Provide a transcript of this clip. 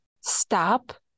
stop